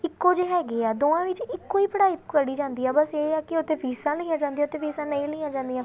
ਇੱਕੋ ਜਿਹੇ ਹੈਗੇ ਆ ਦੋਵਾਂ ਵਿੱਚ ਇੱਕੋ ਹੀ ਪੜ੍ਹਾਈ ਪੜ੍ਹੀ ਜਾਂਦੀ ਆ ਬਸ ਇਹ ਆ ਕਿ ਉੱਥੇ ਫੀਸਾਂ ਲਈਆਂ ਜਾਂਦੀਆਂ ਉੱਥੇ ਫੀਸਾਂ ਨਹੀਂ ਲਈਆਂ ਜਾਂਦੀਆਂ